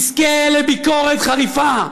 יזכה לביקורת חריפה,